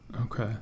Okay